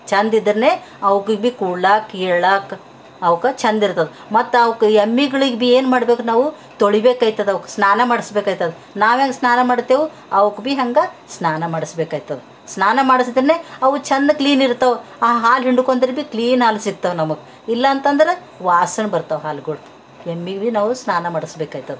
ಚಂದಿದ್ರೇ ಅವುಗಿಗ್ ಭಿ ಕೂಡ್ಲಾಕ ಏಳಾಕ ಅವಕ್ಕ ಚಂದಿರ್ತದೆ ಮತ್ತು ಅವಕ್ ಎಮ್ಮಿಗಳಿಗೆ ಭಿ ಏನು ಮಾಡ್ಬೇಕು ನಾವು ತೊಳಿಬೇಕಾಯ್ತದೆ ಅವಕ್ ಸ್ನಾನ ಮಾಡಿಸ್ಬೇಕಾಯ್ತದೆ ನಾವೆಂಗೆ ಸ್ನಾನ ಮಾಡ್ತೇವೆ ಅವಕ್ ಭಿ ಹಂಗೆ ಸ್ನಾನ ಮಾಡಿಸ್ಬೇಕಾಯ್ತದೆ ಸ್ನಾನ ಮಾಡಿಸಿದ್ರೇ ಅವು ಚಂದ ಕ್ಲೀನಿರ್ತವೆ ಆ ಹಾಲು ಹಿಂಡುಕೊಂದ್ರ ಭಿ ಕ್ಲೀನ್ ಹಾಲು ಸಿಗ್ತಾವ ನಮಗೆ ಇಲ್ಲಾಂತಂದ್ರೆ ವಾಸನೆ ಬರ್ತಾವ ಹಾಲುಗಳು ಎಮ್ಮಿಗೆ ಭಿ ನಾವು ಸ್ನಾನ ಮಾಡಿಸ್ಬೇಕಾಯ್ತದೆ